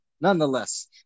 nonetheless